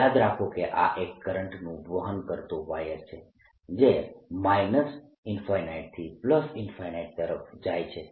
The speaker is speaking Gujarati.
યાદ રાખો કે આ એક કરંટનું વહન કરતો વાયર છે જે થી તરફ જાય છે